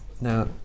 Now